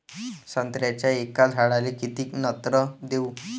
संत्र्याच्या एका झाडाले किती नत्र देऊ?